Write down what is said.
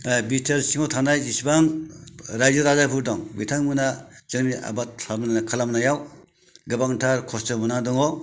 बि T R सिङाव थानाय जेसेबां रायजो राजाफोर दं बिथांमोना जोंनि आबाद खालामनायाव गोबां दा खस्थ' मोनना दङ